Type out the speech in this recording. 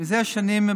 זה שנים,